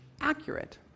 accurate